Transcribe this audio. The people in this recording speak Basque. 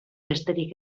besterik